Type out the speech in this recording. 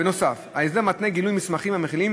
בנוסף, ההסדר מתנה גילוי מסמכים המכילים